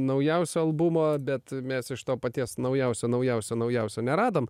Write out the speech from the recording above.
naujausio albumo bet mes iš to paties naujausio naujausio naujausio neradom